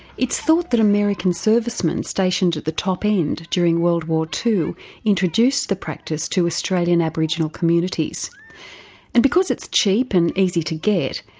it's thought that american servicemen stationed at the top end during world war ii introduced the practice to australian aboriginal communities and because it's cheap and easy to get,